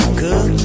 good